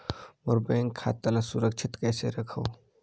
मोर bank खाता ला सुरक्षित कइसे रखव?